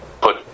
put